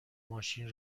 ماشین